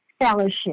fellowship